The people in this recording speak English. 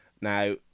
Now